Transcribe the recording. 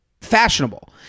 fashionable